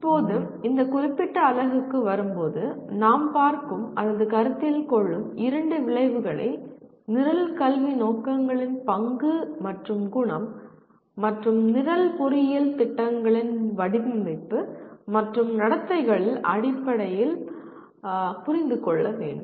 இப்போது இந்த குறிப்பிட்ட அலகுக்கு வரும்போது நாம் பார்க்கும் அல்லது கருத்தில் கொள்ளும் இரண்டு விளைவுகளை நிரல் கல்வி நோக்கங்களின் பங்கு மற்றும் குணம் மற்றும் நிரல் பொறியியல் திட்டங்களின் வடிவமைப்பு மற்றும் நடத்தைகளில் அடிப்படையில் புரிந்து கொள்ள வேண்டும்